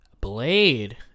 Blade